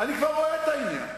אני כבר רואה את העניין.